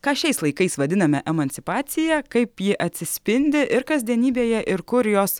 ką šiais laikais vadiname emancipacija kaip ji atsispindi ir kasdienybėje ir kur jos